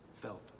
felt